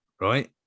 right